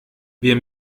wir